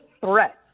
threat